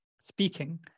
speaking